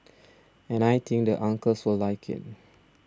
and I think the uncles will like it